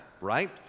right